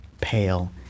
pale